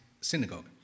Synagogue